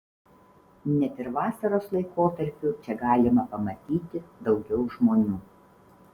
net ir vasaros laikotarpiu čia galima pamatyti daugiau žmonių